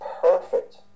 perfect